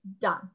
done